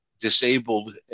disabled